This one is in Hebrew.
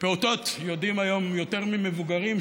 פעוטות יודעים היום יותר ממבוגרים,